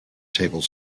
table